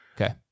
Okay